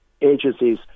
agencies